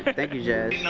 thank you jazz.